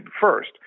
first